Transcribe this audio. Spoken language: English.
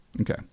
Okay